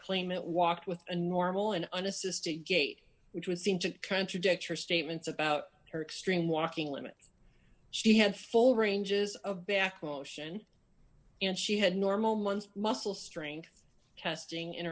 claimant walked with a normal an unassisted gate which would seem to contradict her statements about her extreme walking limit she had full ranges of back motion and she had normal months muscle strength casting in